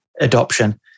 adoption